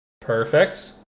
perfect